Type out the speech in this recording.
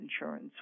insurance